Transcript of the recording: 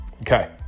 okay